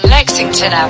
Lexington